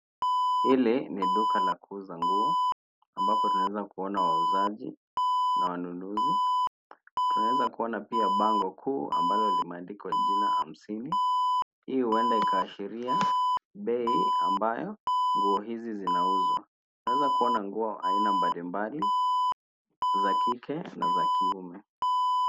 Hili ni duka la kuuza nguo, ambapo tunaweza kuona wauzaji na wanunuzi, tunaweza kuona pia bango kuu ambalo limeandikwa jina hamsini , hii huenda ikaashiria bei ambayo nguo hizi zinauzwa. Tunaweza kuona nguo aina mbalimbali, za kike na za kiume.